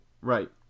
Right